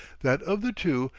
that of the two,